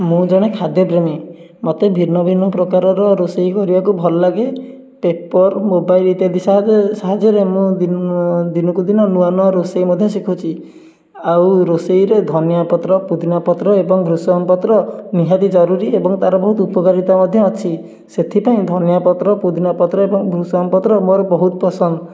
ମୁଁ ଜଣେ ଖାଦ୍ୟ ପ୍ରେମୀ ମୋତେ ଭିନ୍ନଭିନ୍ନ ପ୍ରକାରର ରୋଷେଇ କରିବାକୁ ଭଲ ଲାଗେ ପେପର ମୋବାଇଲ ଇତ୍ୟାଦି ସାହାଯ୍ୟରେ ସାହାଯ୍ୟରେ ମୁଁ ଦିନ ଦିନକୁ ଦିନ ନୂଆ ନୂଆ ରୋଷେଇ ମଧ୍ୟ ଶିଖୁଛି ଆଉ ରୋଷେଇରେ ଧନିଆ ପତ୍ର ପୁଦିନା ପତ୍ର ଏବଂ ଭୃସଙ୍ଗ ପତ୍ର ନିହାତି ଜରୁରୀ ଏବଂ ତାର ବହୁତ ଉପକାରିତା ମଧ୍ୟ ଅଛି ସେଥିପାଇଁ ଧନିଆ ପତ୍ର ପୁଦିନା ପତ୍ର ଏବଂ ଭୃସଙ୍ଗ ପତ୍ର ମୋର ବହୁତ ପସନ୍ଦ